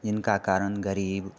जिनका कारण गरीब